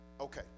Okay